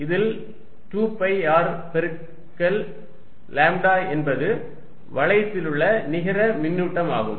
இதில் 2 pi R பெருக்கல் lambda என்பது வளையத்திலுள்ள நிகர மின்னூட்டம் ஆகும்